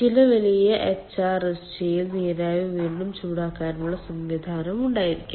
ചില വലിയ എച്ച്ആർഎസ്ജിയിൽ നീരാവി വീണ്ടും ചൂടാക്കാനുള്ള സംവിധാനവും ഉണ്ടായിരിക്കും